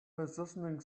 positioning